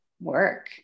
work